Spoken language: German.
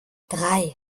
drei